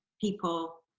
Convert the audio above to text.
people